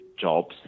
jobs